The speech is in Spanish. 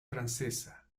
francesa